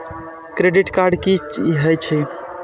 Credit card की हे छे?